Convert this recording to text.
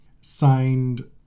signed